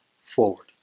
forward